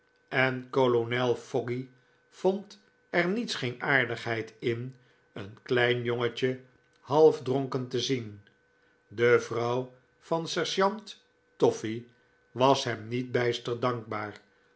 en kolonel fogey vond er niets geen aardigheid in een klein jongetje half dronken te zien de vrouw van sergeant toffy was hem niet bijster dankbaar